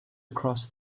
across